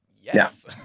yes